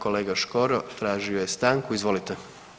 Kolega Škoro tražio je stanku, izvolite.